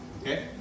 okay